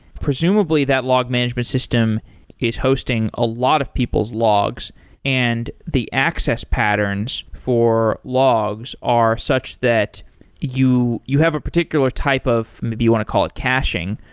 presumably that log management system is hosting a lot of people's logs and the access patterns for logs are such that you you have a particular type of maybe you want to call it caching,